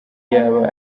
yaba